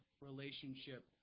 relationship